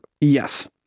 Yes